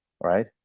right